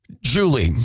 Julie